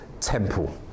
temple